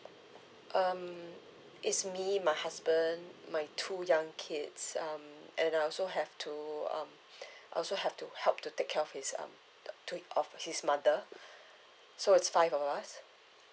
um it's me my husband my two young kids um and I also have to um I also have to help to take care of his um uh to hi~ of his mother so it's five of us